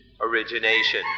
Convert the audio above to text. origination